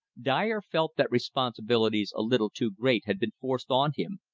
dyer felt that responsibilities a little too great had been forced on him,